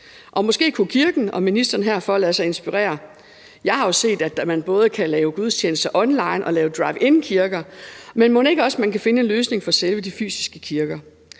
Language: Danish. Og måske kunne kirken og ministeren herfor lade sig inspirere af det. Jeg har jo set, at man både kan lave gudstjenester online og lave driveinkirker, men mon ikke man også kan finde en løsning i forhold til de fysiske kirker.